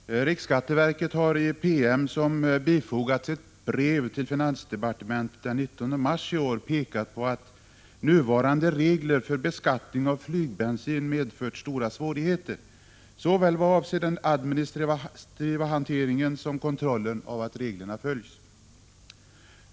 Herr talman! Riksskatteverket har i PM som fogats vid ett brev till finansdepartementet den 19 mars i år pekat på att nuvarande regler för beskattning av flygbensin medfört stora svårigheter vad avser såväl den administrativa hanteringen som kontrollen av att reglerna följs.